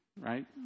right